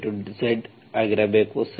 ಆಗಿರಬೇಕು